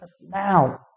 now